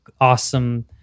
awesome